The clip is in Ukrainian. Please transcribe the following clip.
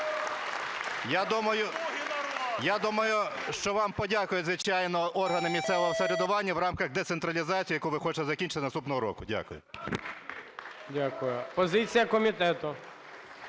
Я думаю, що вам подякують, звичайно, органи місцевого самоврядування в рамках децентралізації, яку ви хочете закінчити наступного року. Дякую. ГОЛОВУЮЧИЙ. Дякую. Позиція комітету.